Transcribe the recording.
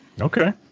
Okay